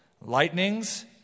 lightnings